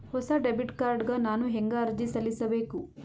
ಹೊಸ debit card ಗ ನಾನು ಹೆಂಗ ಅರ್ಜಿ ಸಲ್ಲಿಸಬೇಕು?